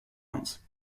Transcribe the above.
ones